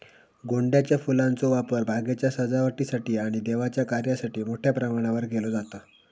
गोंड्याच्या फुलांचो वापर बागेच्या सजावटीसाठी आणि देवाच्या कार्यासाठी मोठ्या प्रमाणावर केलो जाता